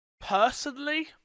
personally